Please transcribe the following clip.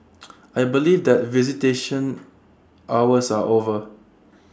I believe that visitation hours are over